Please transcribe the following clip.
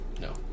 No